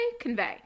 Convey